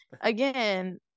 Again